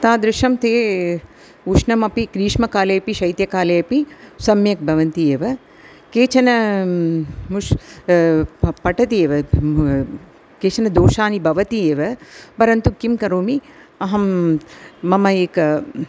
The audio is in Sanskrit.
तादृशं ते उष्णमपि ग्रीष्मकालेऽपि शैत्यकालेऽपि सम्यक् भवन्ति एव केचन मुश् पठति एव केचन दोषाः भवन्ति एव परन्तु किं करोमि अहं मम एकः